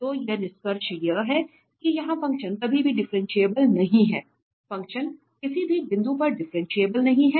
तो यहाँ निष्कर्ष यह है कि यह फ़ंक्शन कहीं भी डिफरेंशिएबल नहीं है फंक्शन किसी भी बिंदु पर डिफरेंशिएबल नहीं है